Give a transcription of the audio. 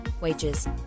wages